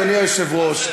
אדוני היושב-ראש,